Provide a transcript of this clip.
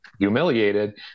humiliated